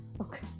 okay